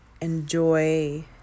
enjoy